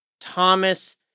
thomas